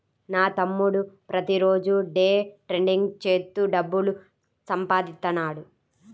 నా తమ్ముడు ప్రతిరోజూ డే ట్రేడింగ్ చేత్తూ డబ్బులు సంపాదిత్తన్నాడు